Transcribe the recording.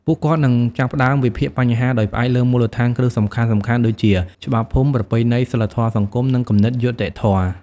ពួកគាត់នឹងចាប់ផ្តើមវិភាគបញ្ហាដោយផ្អែកលើមូលដ្ឋានគ្រឹះសំខាន់ៗដូចជា ច្បាប់ភូមិ ប្រពៃណី សីលធម៌សង្គម និងគំនិតយុត្តិធម៌។